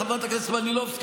חברת הכנסת מלינובסקי,